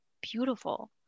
beautiful